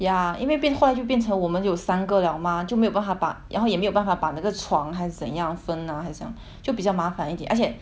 ya 因为变化就变成我们有三个 liao mah 就没有办法把然后也没有办法把那个床还是怎样分 ah 还是这样就比较麻烦一点而且